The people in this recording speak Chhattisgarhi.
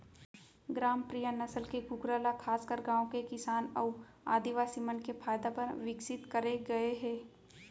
ग्रामप्रिया नसल के कूकरा ल खासकर गांव के किसान अउ आदिवासी मन के फायदा बर विकसित करे गए हे